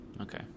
Okay